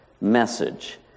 message